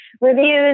reviews